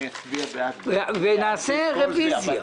ונעשה רביזיה.